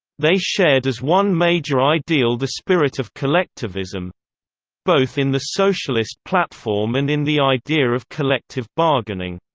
they shared as one major ideal the spirit of collectivism both in the socialist platform and in the idea of collective bargaining.